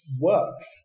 works